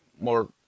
more